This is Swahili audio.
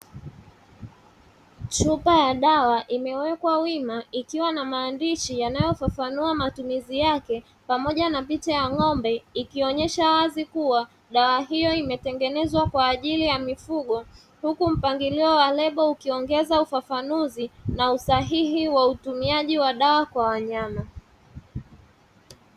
Chupa ya dawa imewekwa wima ikiwa na maandishi yanayofafanua matumizi yake pamoja na picha ya ng'ombe ikionyesha wazi kuwa dawa hiyo imetengenezwa kwa ajili ya mifugo huku mpangilio wa lebo ukiongeza ufafanuzi na usahihi wa utumiaji wa dawa kwa wanyama.